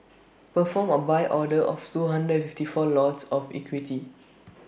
perform A buy order of two hundred and fifty four lots of equity